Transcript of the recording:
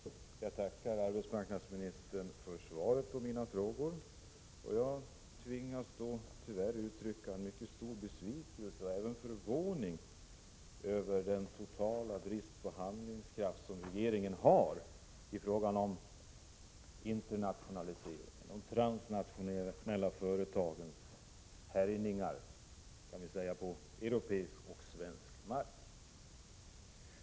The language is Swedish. Fru talman! Jag tackar arbetsmarknadsministern för svaret på mina frågor. Jag tvingas tyvärr uttrycka en mycket stor besvikelse och förvåning över den totala brist på handlingskraft som regeringen visar i fråga om internationaliseringen och, kan man säga, de transnationella företagens härjningar på europeisk och svensk mark.